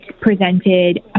presented